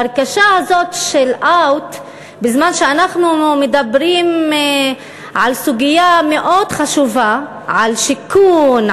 וההרגשה הזאת של out בזמן שאנחנו מדברים על סוגיה מאוד חשובה: על שיכון,